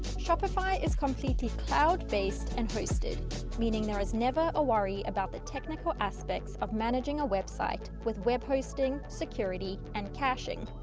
shopify is completely cloud-based and hosted meaning there is never a worry about the technical aspects of managing a website with web hosting security and caching.